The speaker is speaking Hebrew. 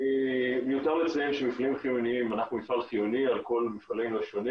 מיותר לציין שמפעלים חיוניים אנחנו מפעל חיוני על כל מפעלנו השונים